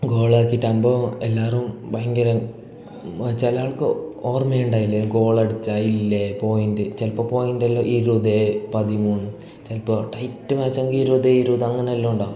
ഗോളാക്കിയിട്ടാകുമ്പോൾ എല്ലാവരും ഭയങ്കര ചില ആൾക്ക് ഓർമ്മ ഉണ്ടാകില്ല ഇത് ഗോളടിച്ചെ ഇല്ലെ പോയിൻ്റ് ചിലപ്പം പോയിൻ്റല്ല ഇരുപതേ പതിമൂന്ന് ചിലപ്പോൾ ടൈറ്റ് മാച്ചാണെങ്കിൽ ഇരുപതെ ഇരുപത് അങ്ങനെയെല്ലാം ഉണ്ടാകും